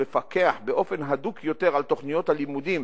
לפקח באופן הדוק יותר על תוכניות הלימודים